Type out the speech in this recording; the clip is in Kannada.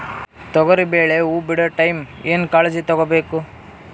ತೊಗರಿಬೇಳೆ ಹೊವ ಬಿಡ ಟೈಮ್ ಏನ ಕಾಳಜಿ ತಗೋಬೇಕು?